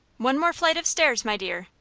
one more flight of stairs, my dear,